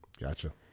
Gotcha